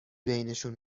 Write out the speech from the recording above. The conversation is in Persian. بینشون